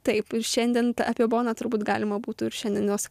taip ir šiandien apie boną turbūt galima būtų ir šiandienos